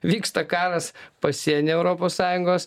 vyksta karas pasieny europos sąjungos